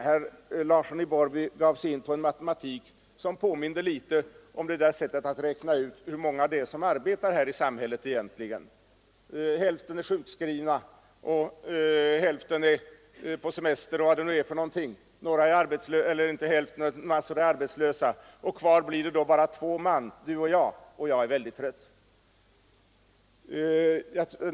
Herr Larsson i Borrby gav sig in på en matematik som påminde litet om sättet att räkna ut hur många det är som arbetar här i samhället egentligen. Hälften är sjukskrivna och hälften är på semester eller något dylikt, massor är arbetslösa och kvar blir bara två man, du och jag, och jag är väldigt trött.